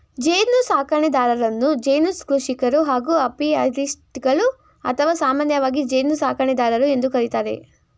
ಜೇನುಸಾಕಣೆದಾರರನ್ನು ಜೇನು ಕೃಷಿಕರು ಹಾಗೂ ಅಪಿಯಾರಿಸ್ಟ್ಗಳು ಅಥವಾ ಸಾಮಾನ್ಯವಾಗಿ ಜೇನುಸಾಕಣೆದಾರರು ಎಂದು ಕರಿತಾರೆ